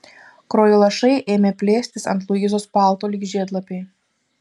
kraujo lašai ėmė plėstis ant luizos palto lyg žiedlapiai